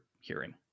hearing